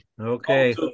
Okay